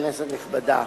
כנסת נכבדה,